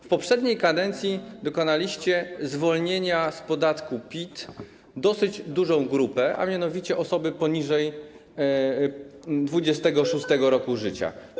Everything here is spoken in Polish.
W poprzedniej kadencji dokonaliście zwolnienia z podatku PIT dosyć dużej grupy, a mianowicie osób poniżej 26. roku życia.